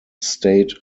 state